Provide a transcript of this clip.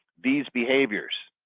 these behaviors.